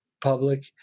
public